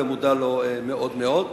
ומודע לו מאוד מאוד.